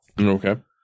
Okay